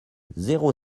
zéro